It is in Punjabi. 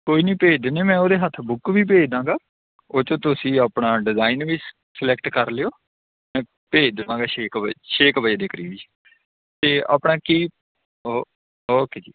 ਕੋਈ ਨਹੀਂ ਭੇਜ ਦਿੰਦਾ ਮੈਂ ਉਹਦੇ ਹੱਥ ਬੁੱਕ ਵੀ ਭੇਜ ਦੇਵਾਂਗਾ ਉਹ 'ਚ ਤੁਸੀਂ ਆਪਣਾ ਡਿਜ਼ਾਇਨ ਵੀ ਸਲੈਕਟ ਕਰ ਲਿਓ ਮੈਂ ਭੇਜ ਦੇਵਾਂਗਾ ਛੇ ਕੁ ਵਜੇ ਛੇ ਕੁ ਵਜੇ ਦੇ ਕਰੀਬ ਜੀ ਅਤੇ ਆਪਣਾ ਕੀ ਓ ਓਕੇ ਜੀ